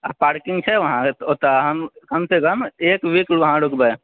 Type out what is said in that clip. आ पार्किंग छै वहाँ ओतऽ हम तऽ एक वीक वहाँ रुकबै